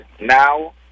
now